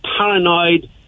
paranoid